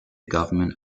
government